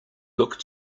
look